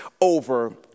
over